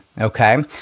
Okay